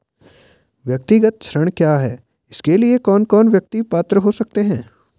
व्यक्तिगत ऋण क्या है इसके लिए कौन कौन व्यक्ति पात्र हो सकते हैं?